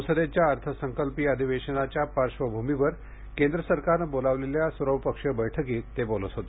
संसदेच्या अर्थसंकल्पीय अधिवेशनाच्या पार्श्वभूमीवर केंद्र सरकारने बोलावलेल्या सर्वपक्षीय बैठकीत ते बोलत होते